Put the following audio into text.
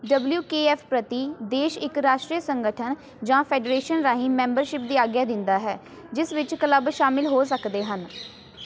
W K F ਪ੍ਰਤੀ ਦੇਸ਼ ਇੱਕ ਰਾਸ਼ਟਰੀ ਸੰਗਠਨ ਜਾਂ ਫੈਡਰੇਸ਼ਨ ਰਾਹੀਂ ਮੈਂਬਰਸ਼ਿਪ ਦੀ ਆਗਿਆ ਦਿੰਦਾ ਹੈ ਜਿਸ ਵਿੱਚ ਕਲੱਬ ਸ਼ਾਮਲ ਹੋ ਸਕਦੇ ਹਨ